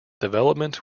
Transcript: development